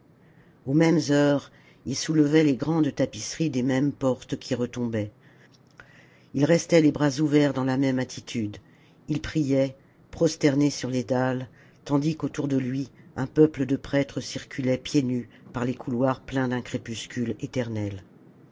aux mêmes heures il soulevait les grandes tapisseries des mêmes portes qui retombaient il restait les bras ouverts dans la même attitude il priait prosterné sur les dalles tandis qu'autour de lui un peuple de prêtres circulait pieds nus par les couloirs pleins d'un crépuscule éternel